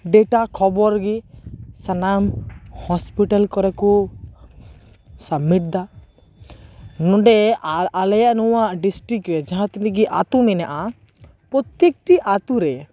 data ᱠᱷᱚᱵᱚᱨ ᱜᱮ ᱥᱟᱱᱟᱢ ᱦᱳᱥᱯᱤᱴᱟᱞ ᱠᱚᱨᱮ ᱠᱚ ᱥᱟᱵᱢᱤᱴ ᱮᱫᱟ ᱱᱚᱰᱮ ᱟᱞᱮᱭᱟᱜ ᱱᱚᱣᱟ ᱰᱤᱥᱴᱤᱠ ᱨᱮ ᱡᱟᱦᱟᱸ ᱛᱤᱱᱟᱹᱜ ᱜᱮ ᱟᱹᱛᱩ ᱢᱮᱱᱟᱜᱼᱟ ᱯᱚᱛᱮᱠ ᱴᱤ ᱟᱹᱛᱩ ᱨᱮ